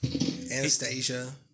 Anastasia